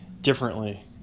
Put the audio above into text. differently